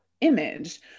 image